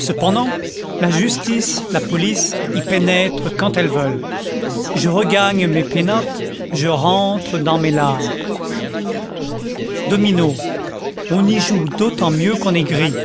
cependant la justice la police y pénètrent quand elles veulent je regagne mes pénates je rentre dans mes lares dominos on y joue d'autant mieux qu'on est gris